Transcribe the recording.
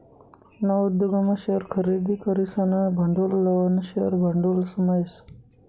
नवा उद्योगमा शेअर खरेदी करीसन भांडवल लावानं शेअर भांडवलमा येस